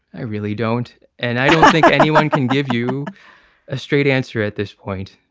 i really don't and i don't think anyone can give you a straight answer at this point,